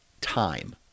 time